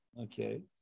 Okay